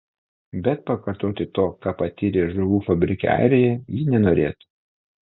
bet pakartoti to ką patyrė žuvų fabrike airijoje ji nenorėtų